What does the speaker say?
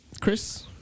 Chris